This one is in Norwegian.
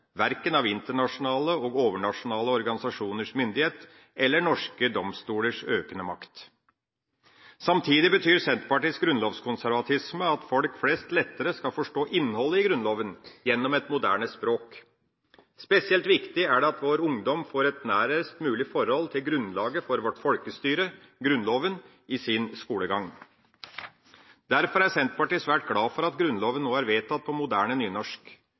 verken av internasjonale og overnasjonale organisasjoners myndighet eller norske domstolers økende makt. Samtidig betyr Senterpartiets grunnlovskonservatisme at folk flest lettere skal forstå innholdet i Grunnloven gjennom et moderne språk. Spesielt viktig er det at vår ungdom får et nærest mulig forhold til grunnlaget for vårt folkestyre, Grunnloven, i sin skolegang. Derfor er Senterpartiet svært glad for at Grunnloven nå er vedtatt på moderne nynorsk.